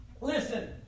Listen